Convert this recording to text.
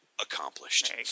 accomplished